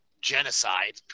genocide